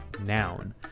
noun